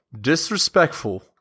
Disrespectful